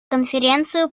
конференцию